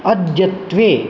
अद्यत्वे